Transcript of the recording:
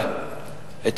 אנחנו דילגנו מהר.